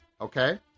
okay